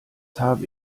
habe